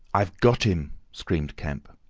i've got him! screamed kemp.